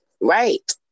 right